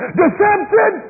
deception